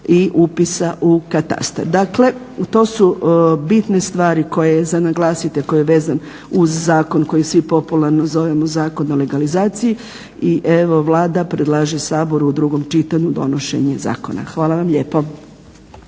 i upisa u katastar. Dakle, to su bitne stvari koje je za naglasit, a koji je vezan uz zakon koji svi popularno zovemo Zakon o legalizaciji i evo Vlada predlaže Saboru u drugom čitanju donošenje zakona. Hvala vam lijepo.